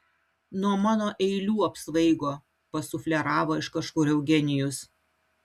nuo mano eilių apsvaigo pasufleravo iš kažkur eugenijus